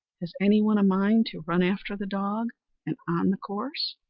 has any one a mind to run after the dog and on the course?